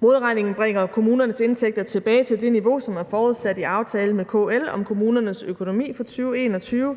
Modregningen bringer kommunernes indtægter tilbage til det niveau, som er forudsat i aftalen med KL om kommunernes økonomi for 2021.